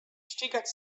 ścigać